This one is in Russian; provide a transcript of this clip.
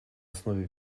основе